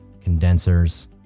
condensers